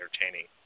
entertaining